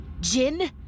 Jin